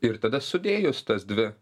ir tada sudėjus tas dvi